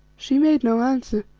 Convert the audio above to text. she made no answer,